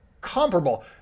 comparable